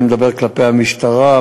אני מדבר כלפי המשטרה,